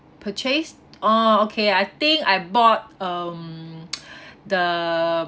purchase orh okay I think I bought um the